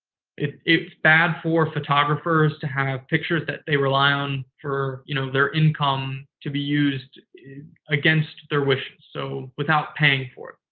it's bad for photographers to have pictures that they rely on for, you know, their income to be used against their wishes. so, without paying for it.